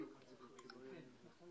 חשוב